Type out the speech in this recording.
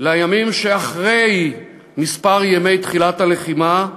לימים שאחרי ימי תחילת הלחימה,